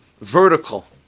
vertical